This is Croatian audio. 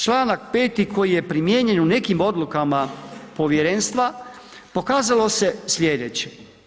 Čl. 5. koji je primijenjen u nekim odlukama povjerenstva, pokazalo se sljedeće.